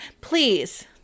Please